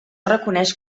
reconeix